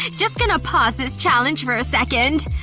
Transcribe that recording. and just gonna pause this challenge for a second